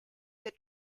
that